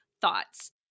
thoughts